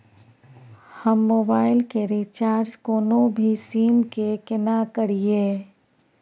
हम मोबाइल के रिचार्ज कोनो भी सीम के केना करिए?